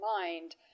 mind